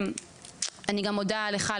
אני גם מודה לך,